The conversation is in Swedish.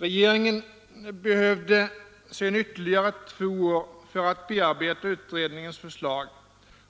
Regeringen behövde sedan ytterligare två år för att bearbeta utredningens förslag,